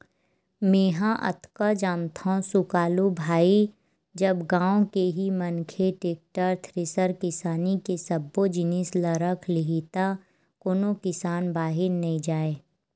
मेंहा अतका जानथव सुकालू भाई जब गाँव के ही मनखे टेक्टर, थेरेसर किसानी के सब्बो जिनिस ल रख लिही त कोनो किसान बाहिर नइ जाय